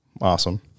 awesome